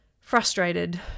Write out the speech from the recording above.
frustrated